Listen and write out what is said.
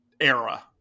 era